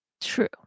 True